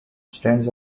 stands